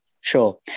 Sure